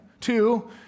Two